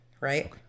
right